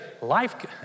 Life